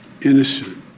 Innocent